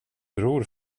bror